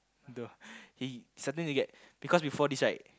the he suddenly they get because before this right